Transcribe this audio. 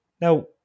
Now